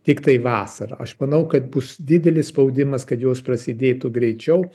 tiktai vasarą aš manau kad bus didelis spaudimas kad jos prasidėtų greičiau